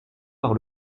par